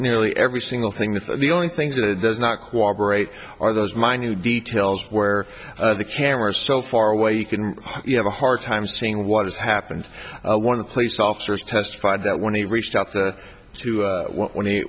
nearly every single thing that the only things that it does not cooperate are those minute details where the cameras so far away you can you have a hard time seeing what has happened one of the place officers testified that when he reached out to when he